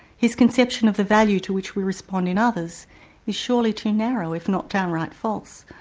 his conception of the value to which we respond in others is surely too narrow, if not downright false.